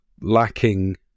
lacking